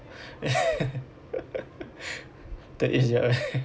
that is your